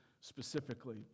specifically